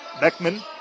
Beckman